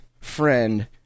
friend